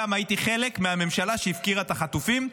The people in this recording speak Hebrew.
אני הייתי חלק מהממשלה שהפקירה את החטופים.